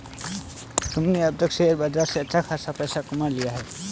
तुमने अब तक शेयर बाजार से अच्छा खासा पैसा कमा लिया होगा